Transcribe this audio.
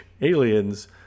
aliens